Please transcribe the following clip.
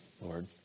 Lord